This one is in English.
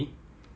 give and take ah